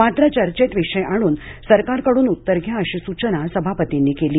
मात्र चर्चेत विषय आणून सरकारकडून उत्तर घ्या अशी सूचना सभापतींनी केली